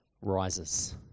rises